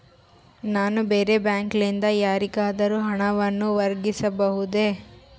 ನಾನು ಬೇರೆ ಬ್ಯಾಂಕ್ ಲಿಂದ ಯಾರಿಗಾದರೂ ಹಣವನ್ನು ವರ್ಗಾಯಿಸಬಹುದೇ?